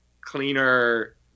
cleaner